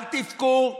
אל תבכו,